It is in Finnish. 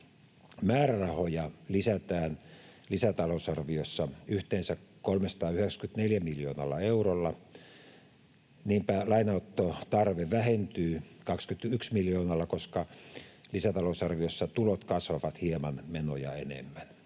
Määrärahoja lisätään lisätalousarviossa yhteensä 394 miljoonalla eurolla. Niinpä lainanottotarve vähentyy 21 miljoonalla, koska lisätalousarviossa tulot kasvavat hieman menoja enemmän.